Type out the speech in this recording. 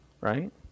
Right